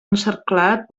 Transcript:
encerclat